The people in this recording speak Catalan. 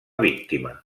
víctima